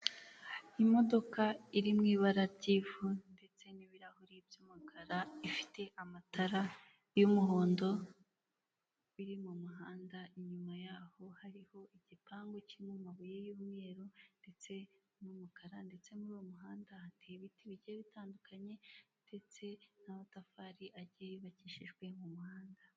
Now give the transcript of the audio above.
Imodoka iri mu ibara ry'ivu ndetse n'ibirahuri by'umukara ifite amatara y'umuhondo iri mu muhanda inyuma yaho hariho igipangu kirimo amabuye y'umweru, ndetse n'umukara ndetse muri uwo muhanda hateye ibiti bike bitandukanye ndetse n'amatafari agiye yubakishijwe mu muhanda.